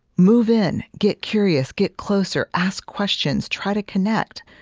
move in. get curious. get closer. ask questions. try to connect.